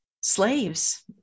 Slaves